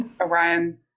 Orion